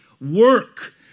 work